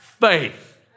faith